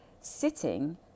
sitting